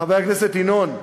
חבר הכנסת ינון,